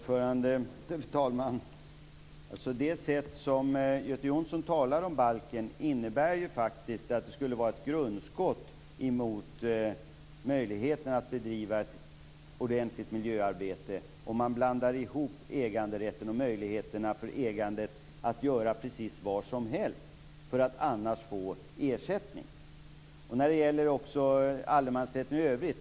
Fru talman! Det sätt som Göte Jonsson talar om balken innebär faktiskt att den skulle vara ett grundskott mot möjligheten att bedriva ett ordentligt miljöarbete. Man blandar ihop äganderätten och möjligheterna för ägare att göra precis vad som helst, annars skall de få ersättning.